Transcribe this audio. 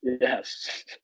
Yes